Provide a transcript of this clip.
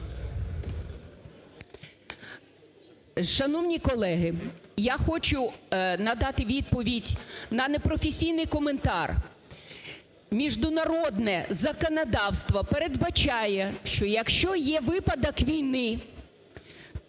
Шановні колеги, я хочу надати відповідь на непрофесійний коментар. Міжнародне законодавство передбачає, що якщо є випадок війни,